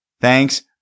thanks